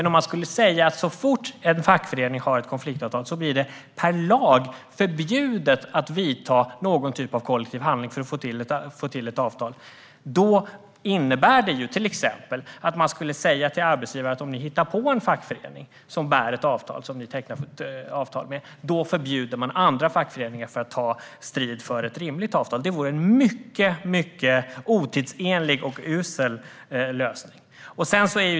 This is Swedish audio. Om man skulle säga att så fort en fackförening har ett konfliktavtal blir det per lag förbjudet att vidta någon typ av kollektiv handling för att få till ett avtal innebär det till exempel att man skulle säga till arbetsgivaren: Om ni hittar på en fackförening som bär ett avtal och som ni tecknar avtal med förbjuder man andra fackföreningar att ta strid för ett rimligt avtal. Det vore en mycket otidsenlig och usel lösning.